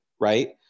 right